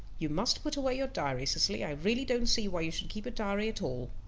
you must put away your diary, cecily. i really don't see why you should keep a diary at all.